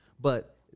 But-